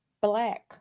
Black